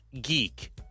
geek